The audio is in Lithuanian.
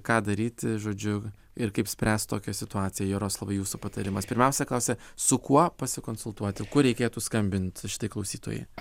ką daryti žodžiu ir kaip spręst tokią situaciją jaroslavai jūsų patarimas pirmiausia klausia su kuo pasikonsultuoti kur reikėtų skambint šitai klausytojai